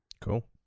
Cool